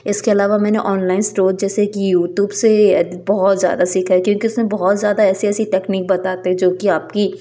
इसके अलावा मैंने ऑनलाइन स्टोर जैसे कि यूटूब से बहुत ज़्यादा सीखा है क्योंकि उसमें बहुत ज़्यादा ऐसी ऐसी टेक्निक बताते हैं जो कि आपकी